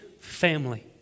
family